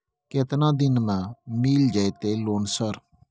केतना दिन में मिल जयते लोन सर?